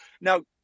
Now